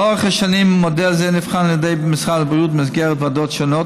לאורך השנים מודל זה נבחן על ידי משרד הבריאות במסגרת ועדות שונות,